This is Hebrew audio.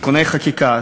(תיקוני חקיקה),